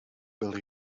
byl